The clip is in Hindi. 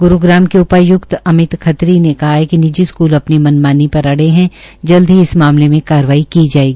ग्रूग्राम के उपाय्क्त अमित खत्री ने कहा कि निजी स्कूल अपनी मानमानी पर अड़े है जल्दी ही इस मामले में कार्रवाई की जाये